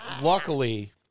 luckily